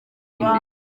imbere